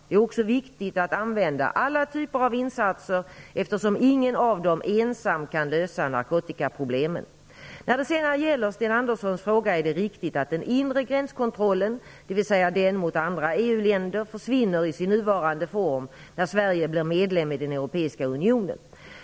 Det är också viktigt att använda alla typer av insatser, eftersom ingen av dem ensam kan lösa narkotikaproblemen. När det sedan gäller Sten Anderssons fråga är det riktigt att den inre gränskontrollen, dvs. den mot andra EU-länder, försvinner i sin nuvarande form när Sverige blir medlem i den europeiska unionen.